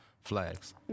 flags